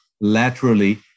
laterally